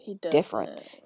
different